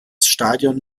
stadion